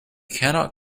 cannot